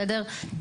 בסדר?